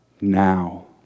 now